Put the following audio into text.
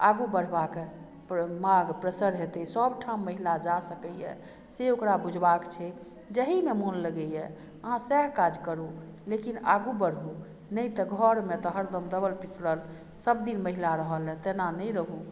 आगू बढ़बा के मार्ग प्रसस्त हेतै सब ठाम महिला जा सकैया से ओकरा बुझबा के छै जाहिमे मोन लगैया अहाँ सएह काज करू लेकिन आगू बढू नहि तऽ घर मे तऽ हरदम दबल कुचलल सब दिन महिला रहल हँ तेना नहि रहू